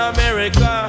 America